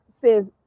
says